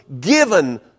given